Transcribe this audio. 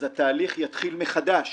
אז התהליך יתחיל מחדש